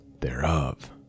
thereof